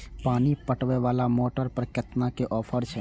पानी पटवेवाला मोटर पर केतना के ऑफर छे?